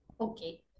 Okay